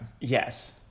Yes